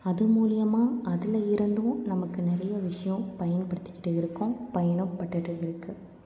அது மூலிமா அதில் இருந்தும் நமக்கு நிறைய விஷயோம் பயன்படுத்திக்கிட்டு இருக்கோம் பயனும் பட்டுட்டு இருக்குது